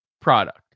product